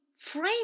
frame